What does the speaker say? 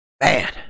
Man